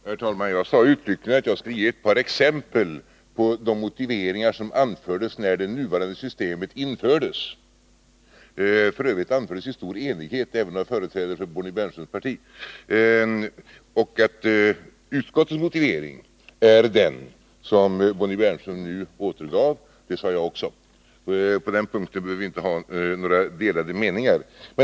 Herr talman! Jag sade uttryckligen att jag skulle ge ett par exempel på de motiveringar som anfördes när det nuvarande systemet infördes. De anfördes f. ö. i stor enighet även av företrädare för Bonnie Bernströms parti. Utskottets motivering är den som Bonnie Bernström nu återgav. Det sade jag också. På den punkten behöver vi inte ha några delade meningar.